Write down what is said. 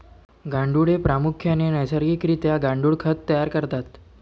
गांडुळे प्रामुख्याने नैसर्गिक रित्या गांडुळ खत तयार करतात